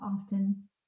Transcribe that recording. often